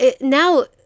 now